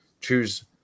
Choose